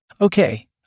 Okay